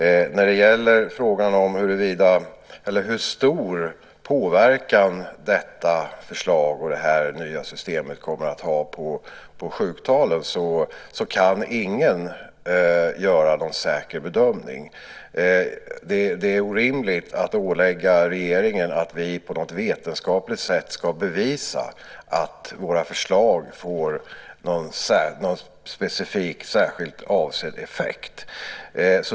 Ingen kan göra någon säker bedömning när det gäller frågan om hur stor påverkan detta förslag och det nya systemet kommer att ha på sjuktalen. Det är orimligt att ålägga oss i regeringen att vi på något vetenskapligt sätt ska bevisa att regeringens förslag får någon specifik och särskild avsedd effekt.